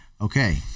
Okay